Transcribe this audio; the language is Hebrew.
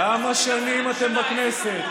כמה שנים אתם בכנסת?